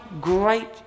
great